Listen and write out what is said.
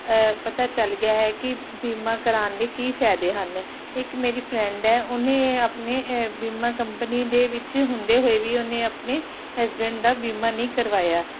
ਪਤਾ ਚੱਲ ਗਿਆ ਹੈ ਕਿ ਬੀਮਾ ਕਰਾਣ ਦੇ ਕੀ ਫਾਇਦੇ ਹਨ ਇੱਕ ਮੇਰੀ ਫਰੈਂਡ ਉਹਨੇ ਆਪਣੇ ਬੀਮਾ ਕੰਪਨੀ ਦੇ ਵਿੱਚ ਹੁੰਦੇ ਹੋਏ ਵੀ ਉਹਨੇ ਆਪਣੇ ਹਸਬੈਂਡ ਦਾ ਬੀਮਾ ਨਹੀਂ ਕਰਵਾਇਆ